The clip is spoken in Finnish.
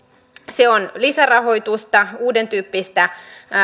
se on lisärahoitusta uudentyyppistä